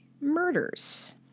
murders